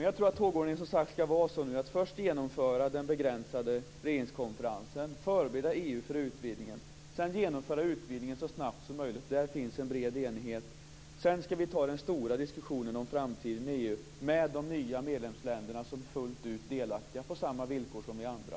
Jag tror att tågordningen ska vara att först genomföra den begränsade regeringskonferensen och förbereda EU för utvidgningen och sedan genomföra utvidgningen så snabbt som möjligt. Där finns en bred enighet. Sedan ska vi ta den stora diskussionen om framtiden i EU med de nya medlemsländerna, som är fullt ut delaktiga på samma villkor som vi andra.